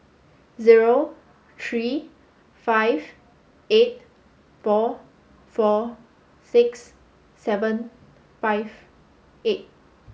zero three five eight four four six seven five eight